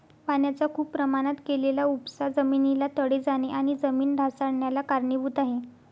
पाण्याचा खूप प्रमाणात केलेला उपसा जमिनीला तडे जाणे आणि जमीन ढासाळन्याला कारणीभूत आहे